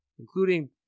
including